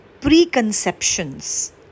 preconceptions